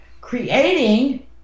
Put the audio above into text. creating